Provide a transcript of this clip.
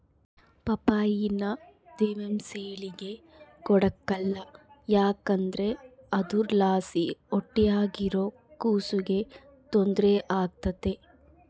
ಪಪ್ಪಾಯಿನ ದಿಮೆಂಸೇಳಿಗೆ ಕೊಡಕಲ್ಲ ಯಾಕಂದ್ರ ಅದುರ್ಲಾಸಿ ಹೊಟ್ಯಾಗಿರೋ ಕೂಸಿಗೆ ತೊಂದ್ರೆ ಆಗ್ತತೆ